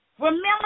Remember